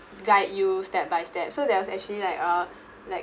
guide you step by step so that was actually like uh like